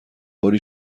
باری